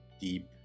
deep